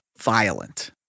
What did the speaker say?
violent